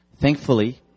thankfully